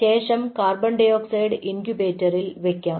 ശേഷം CO2 ഇൻകുബേറ്ററിൽ വെക്കാം